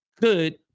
good